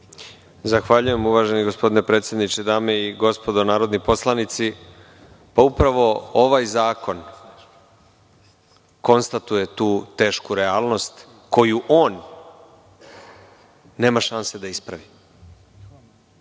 Zahvaljujem, uvaženi gospodine predsedniče, dame i gospodo narodni poslanici, upravo ovaj zakon konstatuje tu tešku realnost koju on nema šanse da ispravi.